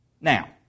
Now